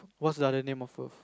what's the other name of Earth